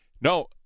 No